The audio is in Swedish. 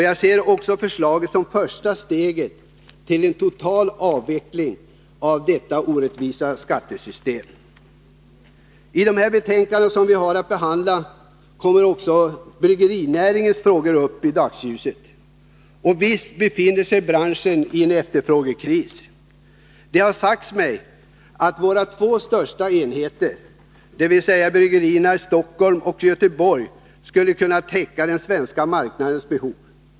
Jag ser också förslaget som första steget till en total avveckling av detta orättvisa beskattningssystem. I de båda betänkanden som vi nu har att behandla kommer också bryggerinäringens frågor upp i dagsljuset. Visst befinner sig branschen i en efterfrågekris. Det har sagts mig att våra två största enheter, dvs. bryggerierna i Stockholm och Göteborg, skulle kunna täcka den svenska marknadens behov.